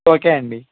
okay అండి